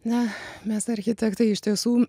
na mes architektai iš tiesų